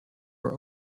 were